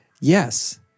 yes